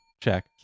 Check